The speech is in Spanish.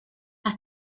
has